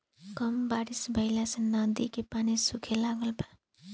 कम बारिश भईला से नदी के पानी सूखे लागल बा